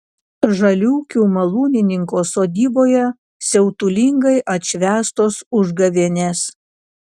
žaliūkių malūnininko sodyboje siautulingai atšvęstos užgavėnės